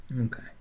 Okay